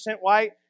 white